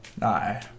No